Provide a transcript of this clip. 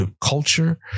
culture